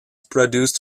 produced